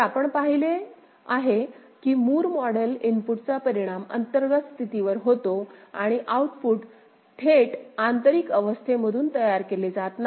तर आपण पाहिले आहे की मूर मॉडेल इनपुटचा परिणाम अंतर्गत स्थितीवर होतो आणि आऊटपुट थेट आंतरिक अवस्थेमधून तयार केले जात नाही